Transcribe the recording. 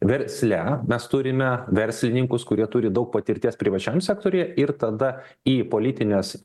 versle mes turime verslininkus kurie turi daug patirties privačiam sektoriuje ir tada į politines